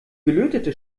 gelötete